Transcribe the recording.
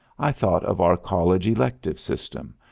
i thought of our college elective system,